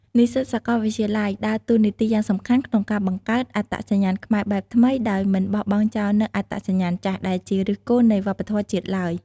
និស្សិតសាកលវិទ្យាល័យដើរតួនាទីយ៉ាងសំខាន់ក្នុងការបង្កើត អត្តសញ្ញាណខ្មែរបែបថ្មី ដោយមិនបោះបង់ចោលនូវ អត្តសញ្ញាណចាស់ ដែលជាឫសគល់នៃវប្បធម៌ជាតិឡើយ។